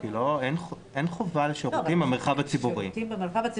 כי אין חובה לשירותים במרחב הציבורי.